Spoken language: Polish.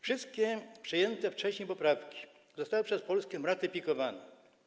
Wszystkie przyjęte wcześniej poprawki zostały przez Polskę ratyfikowane.